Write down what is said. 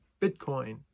Bitcoin